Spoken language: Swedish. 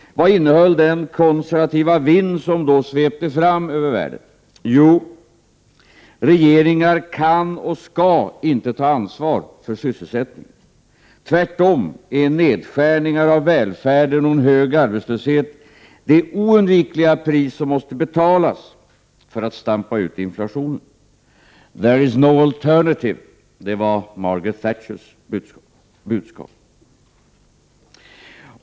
Vad innehöll den konservativa vind som då svepte fram över världen? Jo, regeringar kan och skall inte ta ansvar för sysselsättningen. Tvärtom är nedskärningar av välfärden och en hög arbetslöshet det oundvikliga pris som måste betalas för att stampa ut inflationen. ”There is no alternative.” Det var Margaret Thatchers budskap.